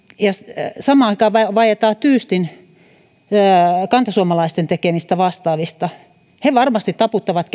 ja samaan aikaan vaietaan tyystin kantasuomalaisten tekemistä vastaavista he varmasti taputtavat